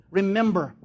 remember